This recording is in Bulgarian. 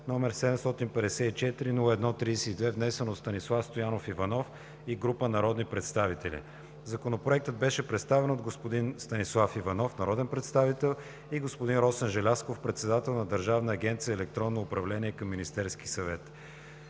№ 754-01-32, внесен от Станислав Стоянов Иванов и група народни представители. Законопроектът беше представен от господин Станислав Иванов – народен представител, и господин Росен Желязков – председател на Държавна агенция „Електронно управление“ към Министерски съвет.